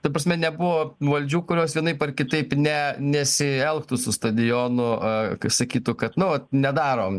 ta prasme nebuvo valdžių kurios vienaip ar kitaip ne nesielgtų su stadionu a sakytų kad nu vat nedarom